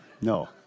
no